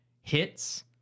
hits